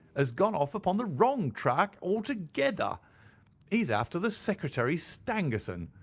has gone off upon the wrong track altogether. he is after the secretary stangerson,